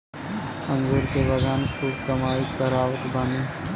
अंगूर के बगान खूब कमाई करावत बाने